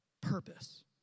purpose